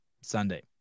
Sunday